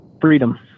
freedom